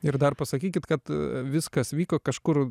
ir dar pasakykit kad viskas vyko kažkur